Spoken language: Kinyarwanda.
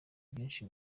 byinshi